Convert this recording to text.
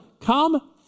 Come